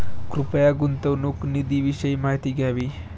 कृपया गुंतवणूक निधीविषयी माहिती द्यावी